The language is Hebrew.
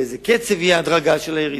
באיזה קצב תהיה הירידה.